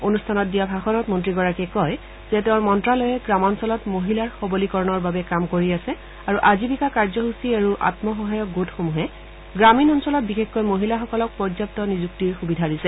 অনুষ্ঠানত দিয়া ভাষণত মন্ত্ৰীগৰাকীয়ে কয় যে তেওঁৰ মন্ত্ৰালয়ে গ্ৰামাঞ্চলত মহিলাৰ সবলীকৰণৰ বাবে কাম কৰি আছে আৰু আজীৱিকা কাৰ্যসূচী আৰু আন্মসহায়ক গোটসমূহে গ্ৰামীণ অঞ্চলত বিশেষকৈ মহিলাসকলক পৰ্যাপু নিযুক্তিত সুবিধা দিছে